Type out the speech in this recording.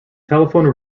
telephone